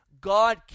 God